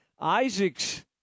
Isaacs